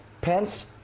Pence